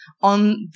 on